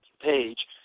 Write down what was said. page